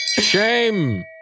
shame